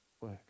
work